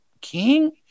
king